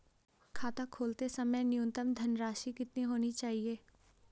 खाता खोलते समय न्यूनतम धनराशि कितनी होनी चाहिए?